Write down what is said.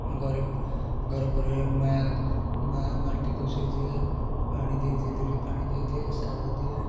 ମୋ ଘର ଘର ପରିବାର ମାଆ ମାଆ ମାଟି ଖୋସେଇ ଦିଏ ପାଣି ଦେଇ ଦିଏ ଡେଲି ପାଣି ଦେଇଦିଏ ସାର ଦିଏ